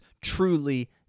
truly